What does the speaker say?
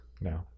No